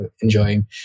enjoying